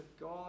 God